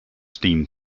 steam